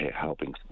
helping